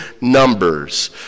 numbers